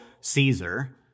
Caesar